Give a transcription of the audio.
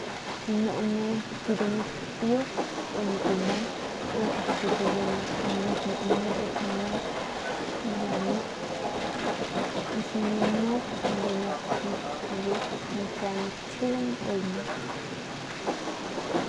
Si nuu nep kpiu ki dimiut nep kapiu u nip lanag u asta que kijiu nap muu nuun u lanag u ya nuu y si nip lanu damiut muu lanang sea nip xijiñg u lanang.